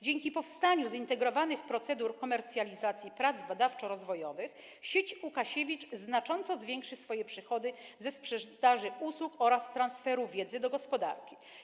Dzięki powstaniu zintegrowanych procedur komercjalizacji prac badawczo-rozwojowych sieć Łukasiewicz znacząco zwiększy swoje przychody ze sprzedaży usług oraz transferu wiedzy do gospodarki.